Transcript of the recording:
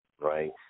right